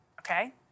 okay